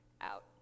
out